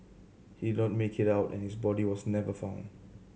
he not make it out and his body was never found